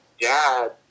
Dad